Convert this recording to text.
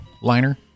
liner